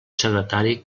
secretari